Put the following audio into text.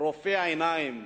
רופא עיניים,